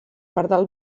pardal